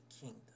kingdom